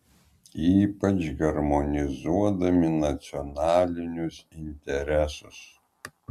ypač harmonizuodami nacionalinius interesus